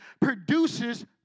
produces